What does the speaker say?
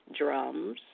drums